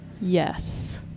Yes